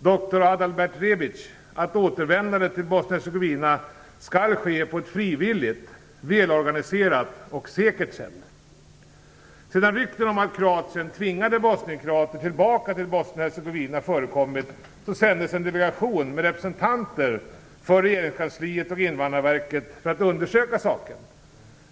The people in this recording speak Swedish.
doktor Adalbert Rebic, att återvändande till Bosnien Hercegovina skall ske på ett frivilligt, välorganiserat och säkert sätt. Sedan rykten förekommit om att Kroatien tvingade bosnienkroater tillbaka till Bosnien-Hercegovina sändes en delegation med representanter för regeringskansliet och Invandrarverket för att undersöka saken.